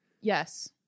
Yes